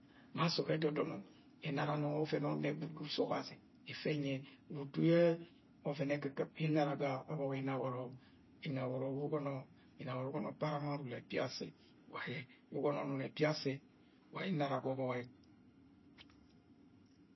Ma sõọd edọdono mi inana nọngo ọ nne gwud ga uso o̱bazi ẹfẹ ẹnyi e. Utu yẹ ovẹn okikie yẹ nnara ga ọbọk inaworo, inawọrọ wẹ ugọnọ paramount ruler e̱ Biase, aye nnar ga ọbo̱k e.